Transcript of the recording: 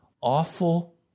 awful